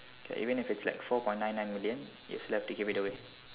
okay even if it's like four point nine nine million you'd still have to give it away